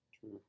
True